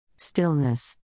stillness